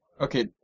Okay